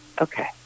Okay